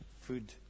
food